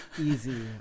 easy